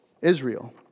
Israel